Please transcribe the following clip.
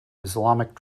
islamic